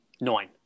Nine